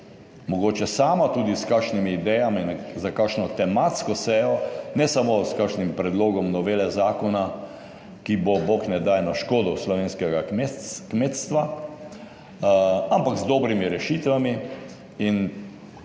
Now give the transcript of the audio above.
mogoče sama tudi s kakšnimi idejami za kakšno tematsko sejo, ne samo s kakšnim predlogom novele zakona, ki bo, bog ne daj, na škodo slovenskega kmetstva, ampak z dobrimi rešitvami. In